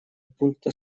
пункта